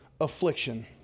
affliction